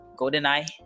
GoldenEye